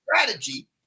strategy